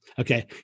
Okay